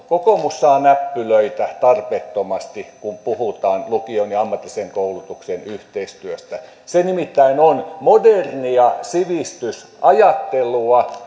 kokoomus saa näppylöitä tarpeettomasti kun puhutaan lukion ja ammatillisen koulutuksen yhteistyöstä se nimittäin on modernia sivistysajattelua